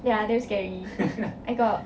ya damn scary I got